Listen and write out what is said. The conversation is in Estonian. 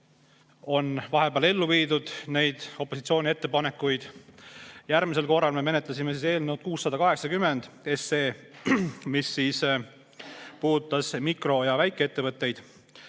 on vahepeal ellu viidud opositsiooni ettepanekuid. Järgmisel korral me menetlesime eelnõu 680, mis puudutas mikro‑ ja väikeettevõtteid.